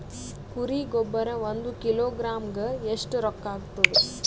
ಕುರಿ ಗೊಬ್ಬರ ಒಂದು ಕಿಲೋಗ್ರಾಂ ಗ ಎಷ್ಟ ರೂಕ್ಕಾಗ್ತದ?